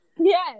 Yes